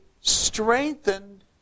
strengthened